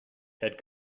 head